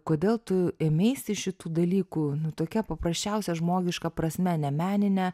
kodėl tu ėmeisi šitų dalykų tokia paprasčiausia žmogiška prasme ne menine